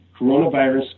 Coronavirus